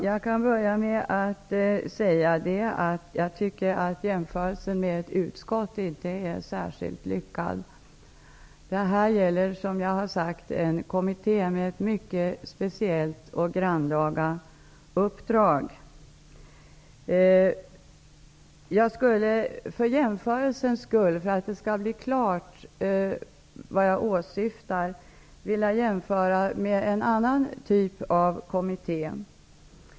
Fru talman! Jag tycker inte att jämförelsen med ett uskott är särskilt lyckad. Som jag tidigare sade gäller detta en kommitté med ett mycket speciellt, grannlaga uppdrag. För att klarlägga vad jag åsyftar vill jag göra en jämförelse med en annan typ av kommitté.